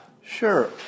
Sure